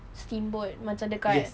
steamboat macam dekat